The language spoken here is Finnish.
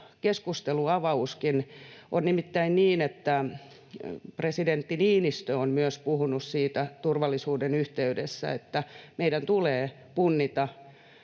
keskustelunavauskin. On nimittäin niin, että myös presidentti Niinistö on puhunut turvallisuuden yhteydessä siitä, että meidän tulee punnita